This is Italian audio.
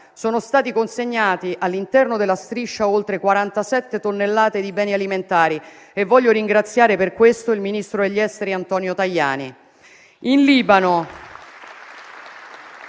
sono state consegnate all'interno della Striscia oltre 47 tonnellate di beni alimentari e voglio ringraziare per questo il ministro degli affari esteri Antonio Tajani.